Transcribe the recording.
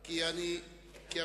אני אשיב.